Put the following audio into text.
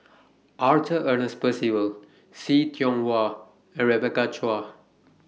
Arthur Ernest Percival See Tiong Wah and Rebecca Chua